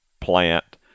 plant